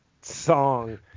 song